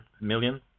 million